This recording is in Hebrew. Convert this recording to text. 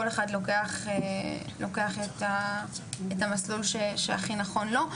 כל אחד לוקח את המסלול שהכי נכון לו.